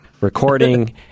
recording